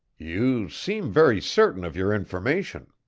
you seem very certain of your information.